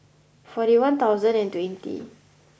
forty one thousand and twenty